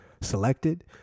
selected